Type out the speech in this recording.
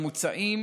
שבה מוצעים